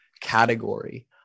category